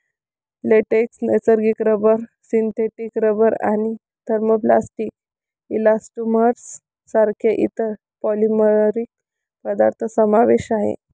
latex, नैसर्गिक rubber, synthetic rubber आणि thermoplastic elastomers सारख्या इतर पॉलिमरिक पदार्थ समावेश आहे